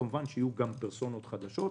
כמובן, יהיו גם פרסונות חדשות,